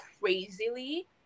crazily